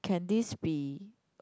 can this be